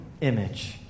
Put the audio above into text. image